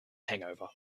hangover